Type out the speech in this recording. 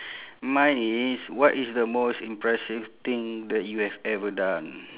mine is what is the most impressive thing that you have ever done